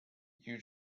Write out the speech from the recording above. you